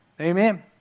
Amen